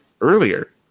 earlier